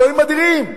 אלוהים אדירים,